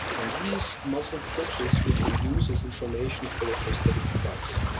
and these muscle twitches we can use as information for the prosthetic device.